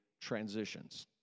transitions